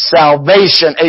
salvation